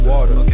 Water